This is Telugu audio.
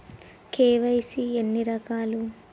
కే.వై.సీ ఎన్ని రకాలు?